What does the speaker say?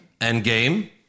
Endgame